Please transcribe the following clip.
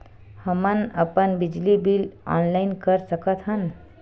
हमन अपन बिजली बिल ऑनलाइन कर सकत हन?